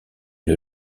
une